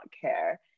care